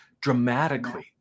dramatically